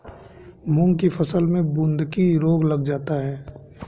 मूंग की फसल में बूंदकी रोग लग जाता है